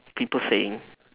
people saying